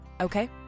Okay